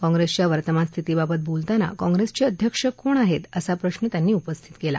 काँग्रेसच्या वर्तमान स्थितीबाबत बोलताना काँग्रेसचे अध्यक्ष कोण आहेत असा प्रश्न त्यांनी उपस्थित केला